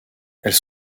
elles